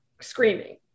screaming